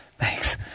thanks